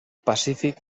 pacífic